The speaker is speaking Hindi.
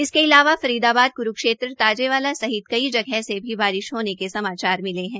इसके अलावा फरीदाबाद क्रूक्षेत्र ताजेवाला सहित कई जगह से भी बारिश होने के समाचार मिले है